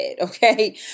okay